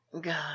God